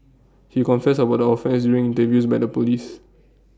he confessed about the offence during interviews by the Police